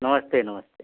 नमस्ते नमस्ते